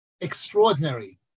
extraordinary